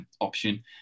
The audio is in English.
option